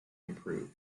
improved